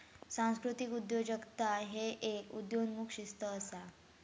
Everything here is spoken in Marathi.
सांस्कृतिक उद्योजकता ह्य एक उदयोन्मुख शिस्त असा